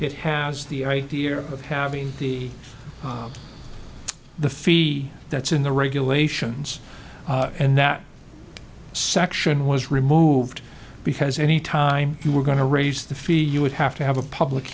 it has the year of having the the fee that's in the regulations and that section was removed because any time you were going to raise the fee you would have to have a public